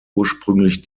ursprünglich